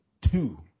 two